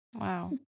wow